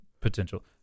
potential